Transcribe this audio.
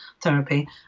therapy